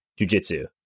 jujitsu